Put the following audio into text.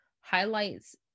highlights